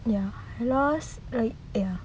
ya hylos like ya